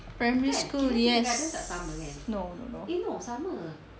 primary school yes no no no